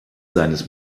seines